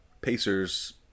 Pacers